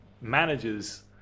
managers